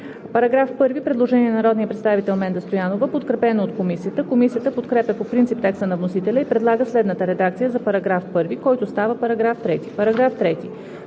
По § 1 има предложение на народния представител Менда Стоянова, подкрепено от Комисията. Комисията подкрепя по принцип текста на вносителя и предлага следната редакция за § 1, който става § 3: „§ 3.